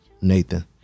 Nathan